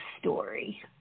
story